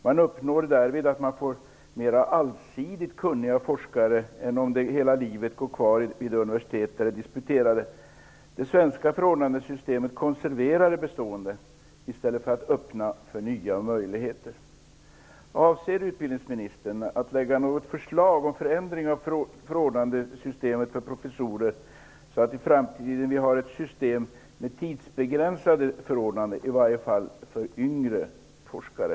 Man uppnår därmed att man får mera allsidigt kunniga forskare, som inte hela livet går kvar vid det universitet där de disputerat. Det svenska förordnandesystemet konserverar det bestående i stället för att öppna för nya möjligheter. Avser utbildningsministern att lägga fram något förslag om förändring av förordnandesystemet för professorer, så att vi i framtiden får ett system med tidsbegränsade förordnanden, i varje fall för yngre forskare?